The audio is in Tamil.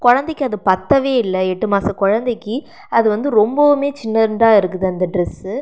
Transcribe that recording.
குழந்தைக்கு அது பற்றவே இல்லை எட்டு மாத குழந்தைக்கு அது வந்து ரொம்பவும் சின்னதா இருக்குது அந்த ட்ரெஸ்